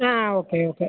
ആ okay okay